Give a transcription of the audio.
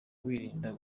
wirinda